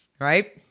right